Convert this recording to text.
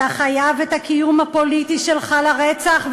אתה חייב את הקיום הפוליטי שלך לרצח,